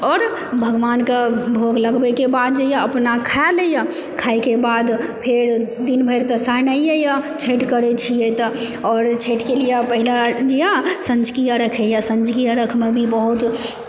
आओर भगवानके भोग लगबैके बाद जे यऽ अपना खाए लैया खाइके बाद फेर दिन भरि तऽ सहनाइये यऽ छठि करै छियै तऽ आओर छठिके लिए पहिला यऽ सँझुका अर्घ्य होइया सँझुका अर्घ्यमे भी बहुत